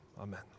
amen